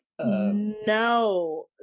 no